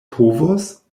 povos